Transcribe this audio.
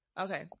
Okay